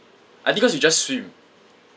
I think cause we just swim